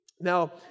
Now